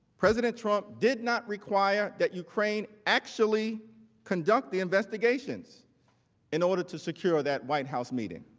president trump did not require that ukraine actually conduct the investigations in order to secure that white house meeting.